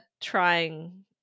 trying